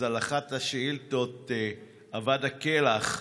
על אחת השאילתות אבד כלח,